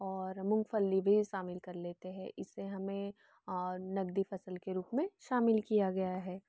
और मूंगफली भी शामिल कर लेते हैं इससे हमें नगदी फसल के रूप में शामिल किया गया है